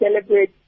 celebrate